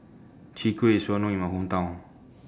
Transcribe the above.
Chwee Kueh IS Well known in My Hometown